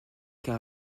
car